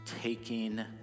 taking